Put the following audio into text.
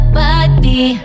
body